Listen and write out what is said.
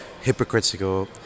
hypocritical